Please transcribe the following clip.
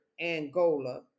Angola